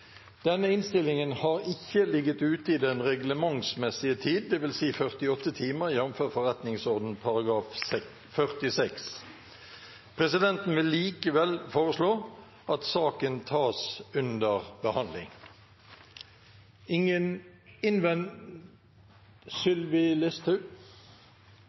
Denne innstillingen har ikke ligget ute i den reglementsmessige tid, dvs. 48 timer, jf. forretningsordenen § 46. Presidenten vil likevel foreslå at saken tas opp til behandling.